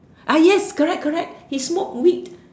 ah yes correct correct he smoke weed